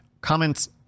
comments